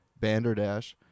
Banderdash